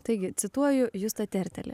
taigi cituoju justą tertelį